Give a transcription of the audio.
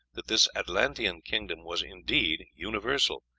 that this atlantean kingdom was indeed universal,